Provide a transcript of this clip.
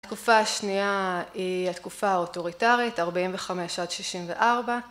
התקופה השנייה היא התקופה האוטוריטרית, 45' עד 64'.